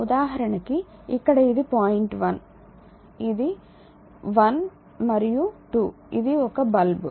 ఉదాహరణకి ఇక్కడ ఇది పాయింట్ 1 ఇది 1 మరియు 2 ఇది ఒక బల్బు